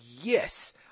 yes